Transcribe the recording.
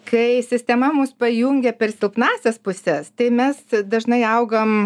kai sistema mus pajungia per silpnąsias puses tai mes dažnai augam